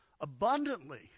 abundantly